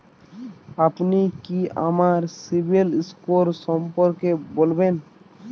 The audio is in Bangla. আপনি কি আমাকে সিবিল স্কোর সম্পর্কে বলবেন?